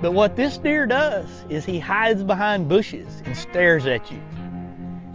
but what this deer does is he hides behind bushes and stares at you.